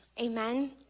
Amen